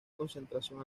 concentración